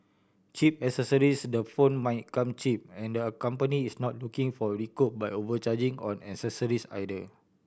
Cheap Accessories the phone might come cheap and their company is not looking for recoup by overcharging on accessories either